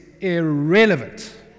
irrelevant